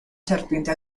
serpiente